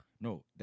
No